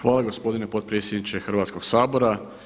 Hvala gospodine potpredsjedniče Hrvatskog sabora.